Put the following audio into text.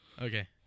Okay